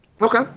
Okay